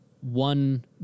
one